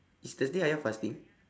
is thursday ayah fasting